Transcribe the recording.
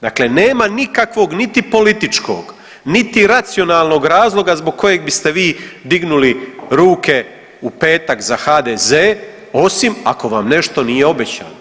Dakle nema nikakvog niti političkog niti racionalnog razloga zbog kojeg biste vi dignuli ruke u petak za HDZ osim ako vam nešto nije obećano.